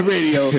Radio